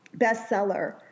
bestseller